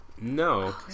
no